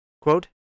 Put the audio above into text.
Quote